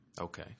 Okay